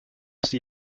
sie